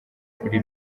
kuri